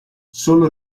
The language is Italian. solo